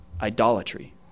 idolatry